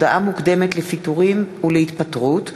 הצעת חוק הודעה מוקדמת לפיטורים ולהתפטרות (תיקון,